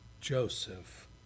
Joseph